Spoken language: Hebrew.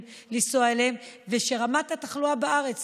לנסוע אליהם וככל שרמת התחלואה בארץ